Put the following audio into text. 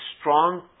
strong